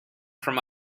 from